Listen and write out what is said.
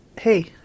Hey